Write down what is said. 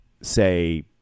say